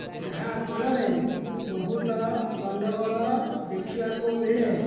ଯାହା ଫଳରେ ବହୁତ ଗଣ୍ଡଗୋଳ ଦେଖିବାକୁ ମିଳେ